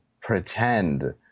pretend